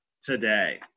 today